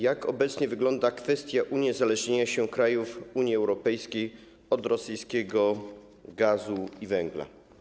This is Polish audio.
Jak obecnie wygląda kwestia uniezależnienia się krajów Unii Europejskiej od rosyjskiego gazu i węgla?